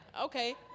Okay